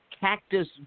cactus